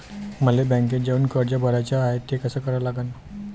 मले बँकेत जाऊन कर्ज भराच हाय त ते कस करा लागन?